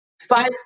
Five